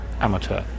amateur